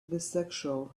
bisexual